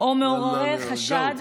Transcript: או מעוררי חשד